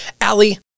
Allie